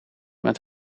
met